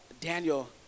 Daniel